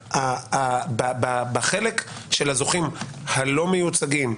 בחלק של הזוכים הלא מיוצגים,